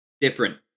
different